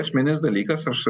esminis dalykas aš